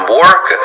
work